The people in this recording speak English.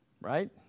Right